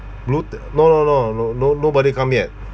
bloated no no no no no nobody come yet